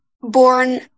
born